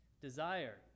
Desire